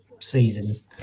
season